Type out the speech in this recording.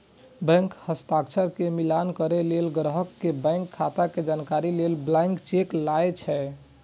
bank हस्ताक्षर के मिलान करै लेल, ग्राहक के बैंक खाता के जानकारी लेल ब्लैंक चेक लए छै